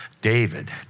David